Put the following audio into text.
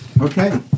Okay